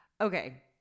Okay